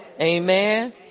amen